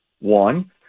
One